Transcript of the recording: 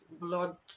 blood